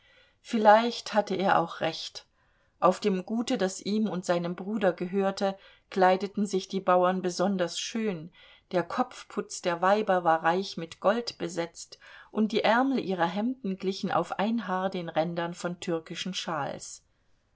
vielleicht hatte er auch recht auf dem gute das ihm und seinem bruder gehörte kleideten sich die bauern besonders schön der kopfputz der weiber war reich mit gold besetzt und die ärmel ihrer hemden glichen auf ein haar den rändern von türkischen schals